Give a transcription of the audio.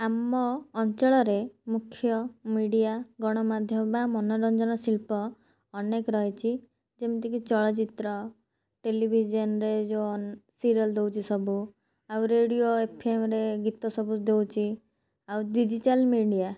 ଆମ ଅଞ୍ଚଳରେ ମୁଖ୍ୟ ମିଡ଼ିଆ ଗଣମାଧ୍ୟମ ବା ମନୋରଞ୍ଜନ ଶିଳ୍ପ ଅନେକ ରହିଛି ଯେମିତିକି ଚଳଚ୍ଚିତ୍ର ଟେଲିଭିଜନ୍ରେ ଯେଉଁ ସିରିଏଲ୍ ଦେଉଛି ସବୁ ଆଉ ରେଡ଼ିଓ ଏଫ୍ଏମ୍ରେ ଗୀତ ସବୁ ଦେଉଛି ଆଉ ଡିଜିଟାଲ୍ ମିଡ଼ିଆ